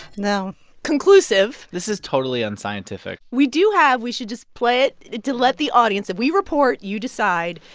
no conclusive this is totally unscientific we do have we should just play it to let the audience if we report, you decide.